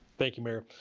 thank you mayor.